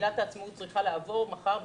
מגילת העצמאות צריכה לעבור מחר בקונצנזוס,